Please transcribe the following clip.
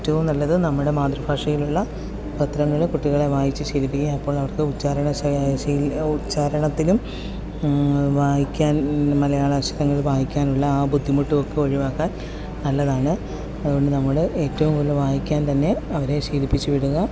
ഏറ്റവും നല്ലത് നമ്മുടെ മാതൃഭാഷയിലുള്ള പത്രങ്ങൾ കുട്ടികളെ വായിച്ച് ശീലിപ്പിക്കുക അപ്പോൾ അവർക്ക് ഉച്ചാരണ ഉച്ചാരണത്തിലും വായിക്കാൻ മലയാള അക്ഷരങ്ങൾ വായിക്കാനുള്ള ആ ബുദ്ധിമുട്ടും ഒക്കെ ഒഴിവാക്കാൻ നല്ലതാണ് അതുകൊണ്ട് നമ്മൾ ഏറ്റവും കൂടുതൽ വായിക്കാൻ തന്നെ അവരെ ശീലിപ്പിച്ച് വിടുക